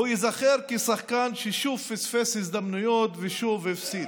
הוא ייזכר כשחקן ששוב פספס הזדמנויות ושוב הפסיד.